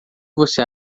você